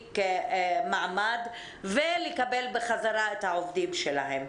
מעמד ולקבל בחזרה את העובדים שלהם.